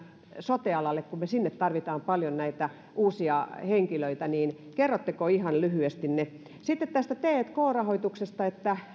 sote alalla kun me sinne tarvitsemme paljon uusia henkilöitä kerrotteko ihan lyhyesti ne sitten tästä tk rahoituksesta